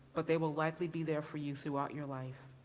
but they will likely be there for you throughout your life.